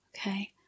Okay